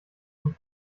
und